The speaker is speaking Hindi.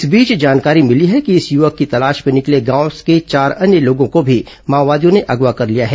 इस बीच जानकारी मिली है कि इस युवक की तलाश में निकले गांव के चार अन्य लोगों को भी माओवादियों ने अगवा कर लिया है